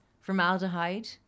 formaldehyde